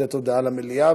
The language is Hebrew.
למסור הודעה למליאה,